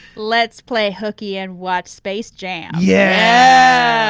let's play hookie and watch space jam. yeah.